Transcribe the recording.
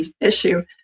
issue